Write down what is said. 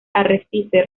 arrecife